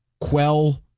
quell